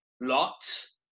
lots